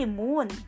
moon